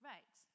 Right